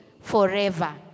forever